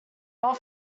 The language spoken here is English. not